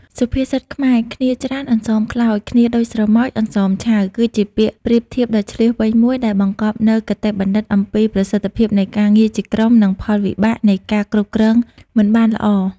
សុភាសិតខ្មែរ «គ្នាច្រើនអន្សមខ្លោច គ្នាដូចស្រមោចអន្សមឆៅ» គឺជាពាក្យប្រៀបធៀបដ៏ឈ្លាសវៃមួយ ដែលបង្កប់នូវគតិបណ្ឌិតអំពី ប្រសិទ្ធភាពនៃការងារជាក្រុម និង ផលវិបាកនៃការគ្រប់គ្រងមិនបានល្អ។